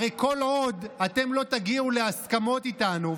הרי כל עוד אתם לא תגיעו להסכמות איתנו,